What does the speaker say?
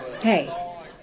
Hey